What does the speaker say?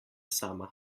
sama